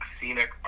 scenic